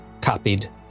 copied